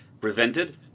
prevented